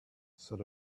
said